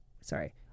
Sorry